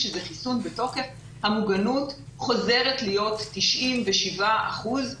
המוגנות חוזרת להיות 97 אחוזים.